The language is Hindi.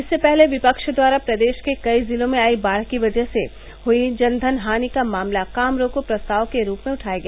इससे पहले विफ्व द्वारा प्रदेश के कई जिलों में आई बाढ़ की वजह से हुई जनधन हानि का मामला काम रोको प्रस्ताव के रूप में उठाया गया